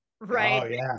right